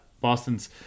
Boston's